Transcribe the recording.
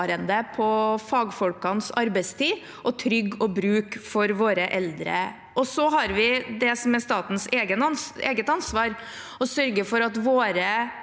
for fagfolkenes arbeidstid og trygg å bruke for våre eldre. Så har vi det som er statens eget ansvar, det å sørge for at våre